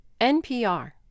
NPR